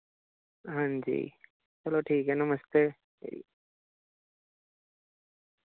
हांजी चलो ठीक ऐ नमस्ते